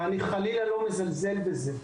ואני חלילה לא מזלזל בזה.